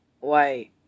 Why